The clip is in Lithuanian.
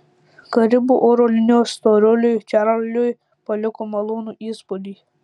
karibų oro linijos storuliui čarliui paliko malonų įspūdį